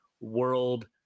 world